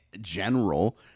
general